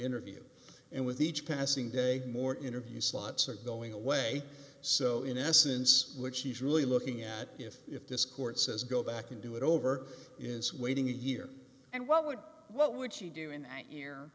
interview and with each passing day more interview slots are going away so in essence what she's really looking at if if this court says go back and do it over is waiting a year and what would what would she do in